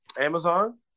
Amazon